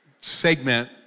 segment